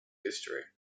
history